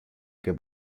que